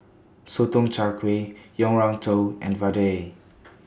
Sotong Char Kway Yang Rou Tang and Vadai